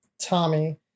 Tommy